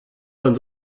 man